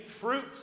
fruit